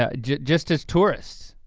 ah just as tourists.